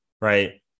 right